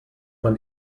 man